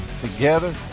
Together